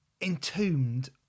entombed